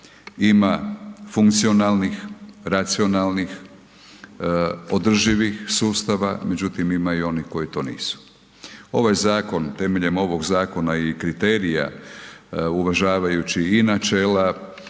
ima funkcionalnih, racionalnih, održivih sustava, međutim ima i onih koji to nisu. Ovaj zakon temeljem ovoga zakona i kriterija uvažavajući i načela